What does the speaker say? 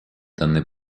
данный